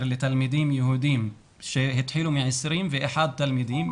לתלמידים יהודיים שהתחילו מ-21 תלמידים,